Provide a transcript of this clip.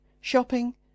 shopping